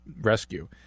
rescue